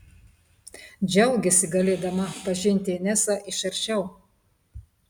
džiaugėsi galėdama pažinti inesą iš arčiau